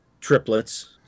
triplets